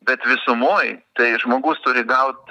bet visumoj tai žmogus turi gaut